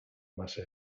massa